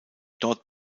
dort